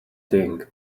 thing